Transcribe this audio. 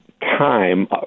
time